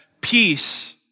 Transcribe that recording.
peace